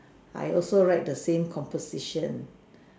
I also write the same composition